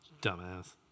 Dumbass